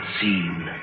seen